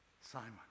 Simon